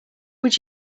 would